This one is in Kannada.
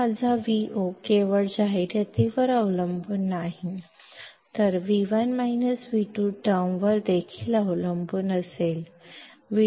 ಇದನ್ನು ಕಾಮನ್ ಮೋಡ್ ಗೈನ್ Acm ಎಂದು ಕರೆಯಲಾಗುತ್ತದೆ ಆದ್ದರಿಂದ ಈಗ ನನ್ನ Vo Ad ಮಾತ್ರವಲ್ಲದೆ V1 V2 ಅನ್ನು ಅವಲಂಬಿಸಿರುತ್ತದೆ